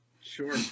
Sure